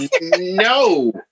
No